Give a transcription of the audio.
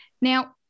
Now